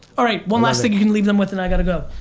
alright, one last thing you can leave them with and i gotta go.